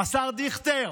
השר דיכטר,